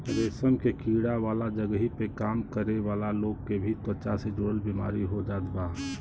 रेशम के कीड़ा वाला जगही पे काम करे वाला लोग के भी त्वचा से जुड़ल बेमारी हो जात बा